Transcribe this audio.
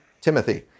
Timothy